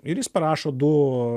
ir jis parašo du